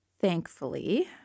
thankfully